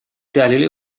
دلیلی